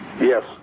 Yes